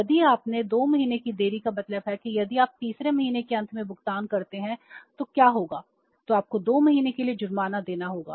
यदि आपने 2 महीने की देरी का मतलब है कि यदि आप तीसरे महीने के अंत में भुगतान करते हैं तो क्या होगा तो आपको 2 महीने के लिए जुर्माना देना होगा